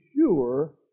sure